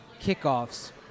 kickoffs